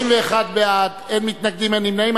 31 בעד, אין מתנגדים, אין נמנעים.